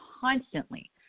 constantly